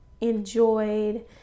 enjoyed